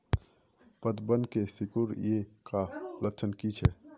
पतबन के सिकुड़ ऐ का लक्षण कीछै?